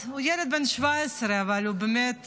הוא ילד בן 17, אבל הוא באמת